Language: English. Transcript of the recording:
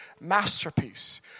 masterpiece